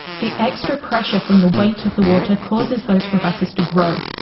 the extra pressure from the weight of the water causes those crevasses to grow,